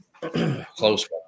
Close